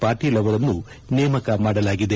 ಪಾಟೀಲ್ ಅವರನ್ನು ನೇಮಕ ಮಾಡಲಾಗಿದೆ